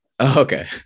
okay